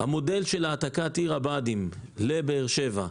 מודל של העתקת עיר הבה"דים לבאר שבע.